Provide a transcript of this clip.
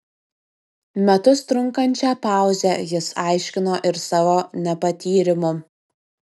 metus trunkančią pauzę jis aiškino ir savo nepatyrimu